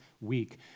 week